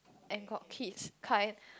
and got kids kind